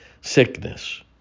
Sickness